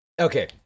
Okay